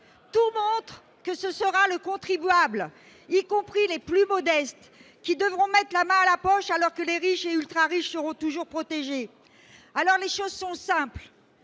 Tout montre que ce seront les contribuables, y compris les plus modestes, qui devront mettre la main à la poche, alors que les riches et les ultra-riches seront toujours protégés. Ce n'est pas